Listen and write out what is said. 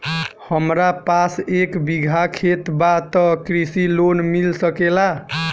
हमरा पास एक बिगहा खेत बा त कृषि लोन मिल सकेला?